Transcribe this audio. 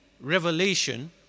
revelation